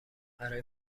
برای